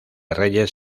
reyes